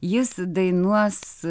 jis dainuos